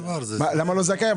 לא זכאי?